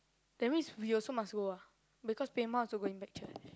that means we also must go ah because also going back church